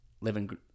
living